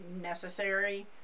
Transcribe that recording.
necessary